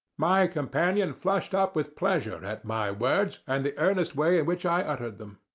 my companion flushed up with pleasure at my words, and the earnest way in which i uttered them.